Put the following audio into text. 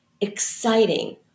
exciting